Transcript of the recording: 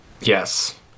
yes